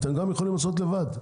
אתם גם יכולים לעשות לבד.